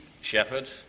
shepherd